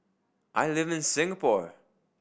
I live in Singapore